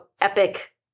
epic